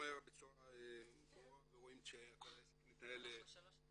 בצורה ברורה ורואים שכל העסק מתנהל -- אנחנו שלוש שנים בנושא.